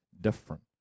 different